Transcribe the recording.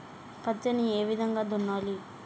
పత్తిని ఏ విధంగా దున్నాలి?